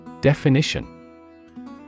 Definition